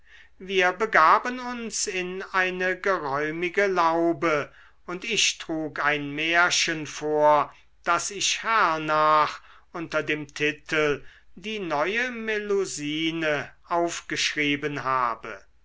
wir begaben uns in eine geräumige laube und ich trug ein märchen vor das ich hernach unter dem titel die neue melusine aufgeschrieben habe